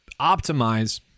optimize